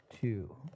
two